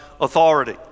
authority